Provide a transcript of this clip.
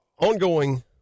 ongoing